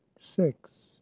six